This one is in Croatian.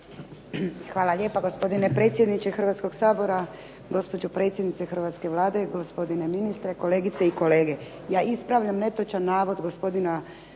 Hvala lijepa. Gospodine predsjedniče Hrvatskoga sabora, gospođo predsjednice hrvatske Vlade, gospodine ministre, kolegice i kolege. Ja ispravljam netočan navod gospodina